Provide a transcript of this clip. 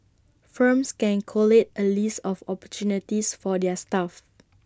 firms can collate A list of opportunities for their staff